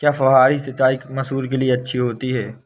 क्या फुहारी सिंचाई मसूर के लिए अच्छी होती है?